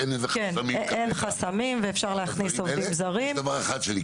אין חסמים ואפשר להכניס עובדים זרים.